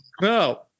No